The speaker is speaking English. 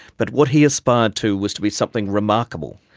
but what he aspired to was to be something remarkable.